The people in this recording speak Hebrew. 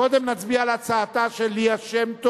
קודם נצביע על הצעתה של ליה שמטוב,